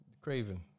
Craven